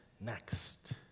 next